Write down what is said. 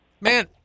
Man